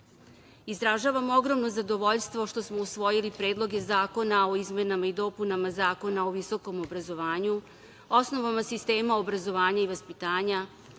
napred. Izražavam ogromno zadovoljstvo što smo usvojili predloge zakona o izmenama i dopunama Zakona o visokom obrazovanju, osnovama sistema obrazovanja i vaspitanja,